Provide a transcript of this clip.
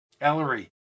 Ellery